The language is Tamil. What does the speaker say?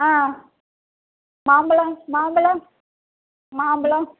ஆ மாம்பழம் மாம்பழம் மாம்பழம்